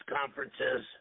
conferences